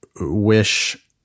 wish